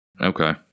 Okay